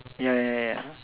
ya ya ya